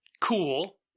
cool